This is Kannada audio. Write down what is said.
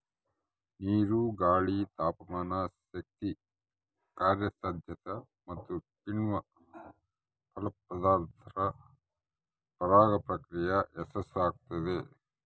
ನೀರು ಗಾಳಿ ತಾಪಮಾನಶಕ್ತಿ ಕಾರ್ಯಸಾಧ್ಯತೆ ಮತ್ತುಕಿಣ್ವ ಫಲಪ್ರದಾದ್ರೆ ಪರಾಗ ಪ್ರಕ್ರಿಯೆ ಯಶಸ್ಸುಆಗ್ತದ